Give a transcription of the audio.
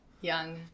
young